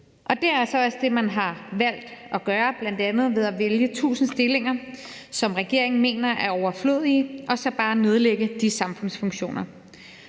Det er så også det, man har valgt at gøre, bl.a. ved at vælge 1.000 stillinger, som regeringen mener er overflødige, og så bare nedlægge de samfundsfunktioner.